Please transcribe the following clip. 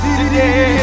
today